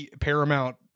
paramount